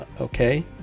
Okay